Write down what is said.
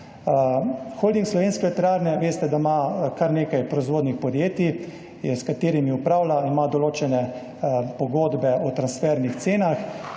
Holding Slovenske elektrarne ima kar nekaj proizvodnih podjetij, s katerimi upravlja. Ima določene pogodbe o transfernih cenah.